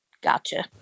Gotcha